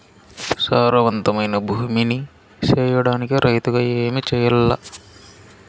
సారవంతమైన భూమి నీ సేయడానికి రైతుగా ఏమి చెయల్ల?